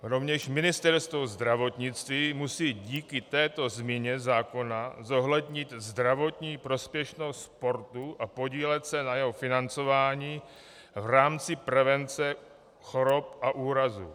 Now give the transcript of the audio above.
Rovněž Ministerstvo zdravotnictví musí díky této změně zákona zohlednit zdravotní prospěšnost sportu a podílet se na jeho financování v rámci prevence chorob a úrazů.